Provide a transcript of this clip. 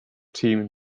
team